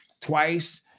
twice